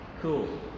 Cool